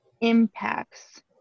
impacts